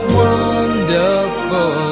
wonderful